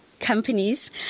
Companies